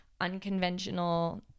unconventional